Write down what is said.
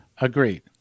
Agreed